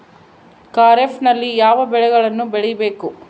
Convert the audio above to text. ಖಾರೇಫ್ ನಲ್ಲಿ ಯಾವ ಬೆಳೆಗಳನ್ನು ಬೆಳಿಬೇಕು?